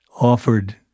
offered